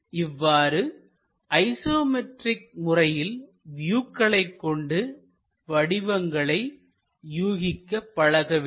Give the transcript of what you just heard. இவ்வாறு ஐசோமெட்ரிக் முறையில் வியூக்களை கொண்டு வடிவங்களை யூகிக்க பழக வேண்டும்